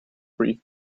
brief